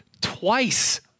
twice